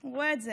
הוא רואה את זה.